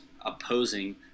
opposing